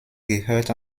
gehört